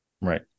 Right